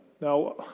Now